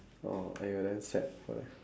oh !aiyo! then sad for them